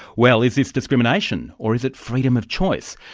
well, is this discrimination, or is it freedom of choice?